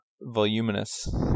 voluminous